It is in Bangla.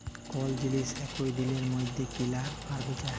কল জিলিস একই দিলের মইধ্যে কিলা আর বিচা হ্যয়